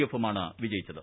എഫുമാണ് വിജയിച്ചത്